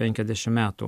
penkiasdešim metų